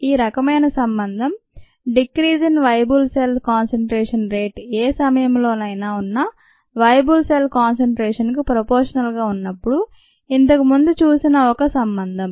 ఈ రకమైన సంబంధం decrease in viable cell concentration rate ఏ సమయంలోనైనా ఉన్న వయబుల్ సెల్ కాన్సంట్రేషన్ కు ప్రోపోషనల్ గా ఉన్నప్పుడు ఇంతకు ముందు చూసిన ఒక సంబంధం